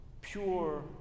pure